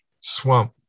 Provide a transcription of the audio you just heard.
swamp